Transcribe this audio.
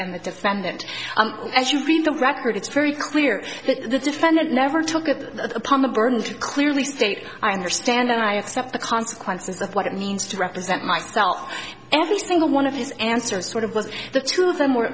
and the defendant as you read the record it's very clear that the defendant never took at the upon the burden to clearly state i understand and i accept the consequences of what it means to represent myself every single one of his answers sort of was the two of them were